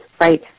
right